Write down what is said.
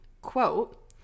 Quote